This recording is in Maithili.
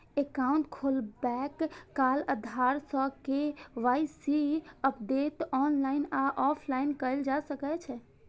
एकाउंट खोलबैत काल आधार सं के.वाई.सी अपडेट ऑनलाइन आ ऑफलाइन कैल जा सकै छै